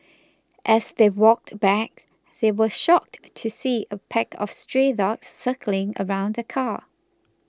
as they walked back they were shocked to see a pack of stray dogs circling around the car